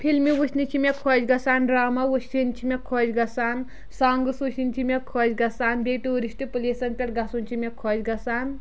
فلمہٕ وٕچھنہِ چھِ مےٚ خۄش گژھان ڈراما وٕچھٕنۍ چھِ مےٚ خۄش گژھان سانگٕس وٕچھٕنۍ چھِ مےٚ خۄش گژھان بیٚیہِ ٹوٗرسٹ پَلیسَن پٮ۪ٹھ گژھُن چھِ مےٚ خۄش گژھان